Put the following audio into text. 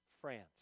France